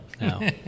No